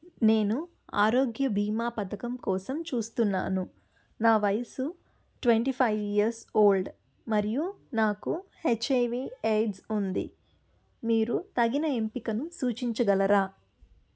నేను ఆరోగ్య బీమా పథకం కోసం చూస్తున్నాను నా వయస్సు ట్వంటీ ఫైవ్ ఇయర్స్ ఓల్డ్ మరియు నాకు హెచ్ ఐ వీ ఎయిడ్స్ ఉంది మీరు తగిన ఎంపికను సూచించగలరా